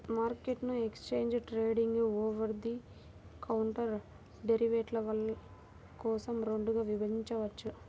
మార్కెట్ను exchange traded, over the counter డెరివేటివ్ల కోసం రెండుగా విభజించవచ్చు